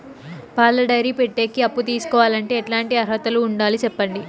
పాల డైరీ పెట్టేకి అప్పు తీసుకోవాలంటే ఎట్లాంటి అర్హతలు ఉండాలి సెప్పండి?